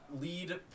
lead